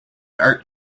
art